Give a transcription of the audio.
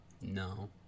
No